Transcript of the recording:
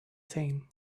same